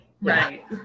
Right